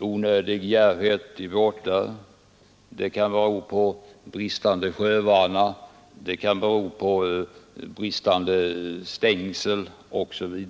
onödig djärvhet i båtar, bristande sjövana, brister i fråga om stängsel osv.